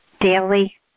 daily